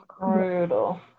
Brutal